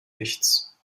nichts